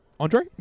Andre